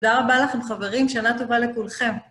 תודה רבה לכם חברים, שנה טובה לכולכם.